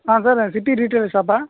ஆ sir city retail ஷாப்பா